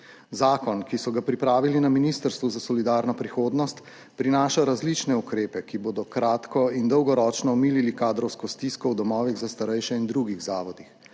Zakon, ki so ga pripravili na Ministrstvu za solidarno prihodnost, prinaša različne ukrepe, ki bodo kratko in dolgoročno omilili kadrovsko stisko v domovih za starejše in drugih zavodih.